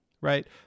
right